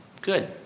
Good